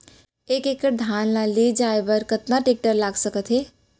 एक एकड़ धान ल ले जाये बर कतना टेकटर लाग सकत हे?